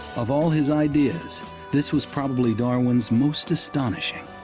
of all his ideas this was probably darwin's most astonishing.